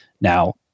Now